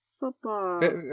Football